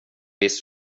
visst